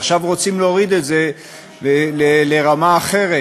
ועכשיו רוצים להוריד את זה לרמה אחרת.